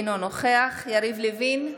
אינו נוכח יריב לוין,